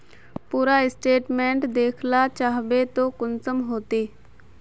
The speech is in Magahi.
पूरा स्टेटमेंट देखला चाहबे तो कुंसम होते?